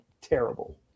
terrible